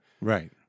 Right